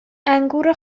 انگور